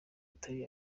atari